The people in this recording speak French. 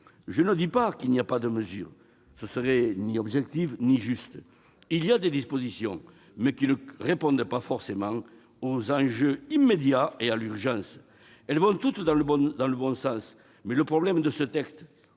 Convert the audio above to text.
Je ne dis pas qu'il ne comporte aucune mesure- ce ne serait ni objectif ni juste. Des dispositions sont prévues, mais qui ne répondent pas forcément aux enjeux immédiats et à l'urgence. Elles vont toutes dans le bon sens, mais le problème de ce texte